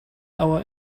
our